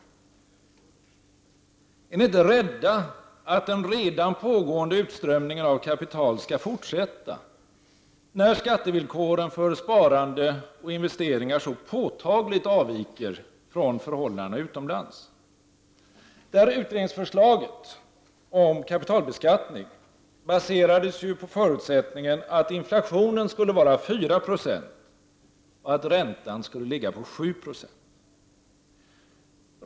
Är ni inte rädda att den redan pågående utströmningen av kapital skall fortsätta, när skattevillkoren för sparande och investeringar så påtagligt avviker från förhållandena utomlands? Utredningsförslaget om kapitalbeskattning baserades ju på förutsättningen att inflationen skulle vara 4 96 och att räntan skulle ligga på 7 90.